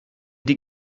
die